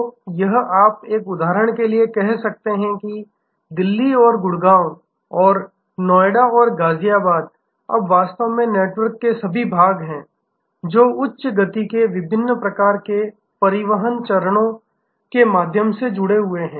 तो यह आप उदाहरण के लिए कह सकते हैं कि दिल्ली और गुड़गांव और नोएडा और गाजियाबाद अब वास्तव में नेटवर्क के सभी भाग हैं जो उच्च गति के विभिन्न प्रकार के परिवहन चरणों के माध्यम से जुड़े हुए हैं